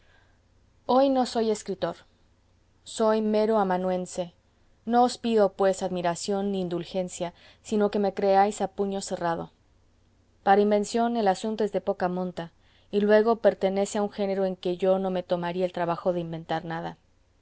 hoy no soy escritor soy mero amanuense no os pido pues admiración ni indulgencia sino que me creáis a puño cerrado para invención el asunto es de poca monta y luego pertenece a un género en que yo no me tomaría el trabajo de inventar nada